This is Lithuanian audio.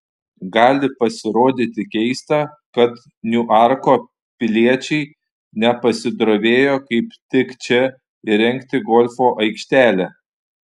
gali pasirodyti keista kad niuarko piliečiai nepasidrovėjo kaip tik čia įrengti golfo aikštelę